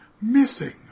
missing